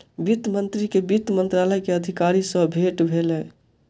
वित्त मंत्री के वित्त मंत्रालय के अधिकारी सॅ भेट भेल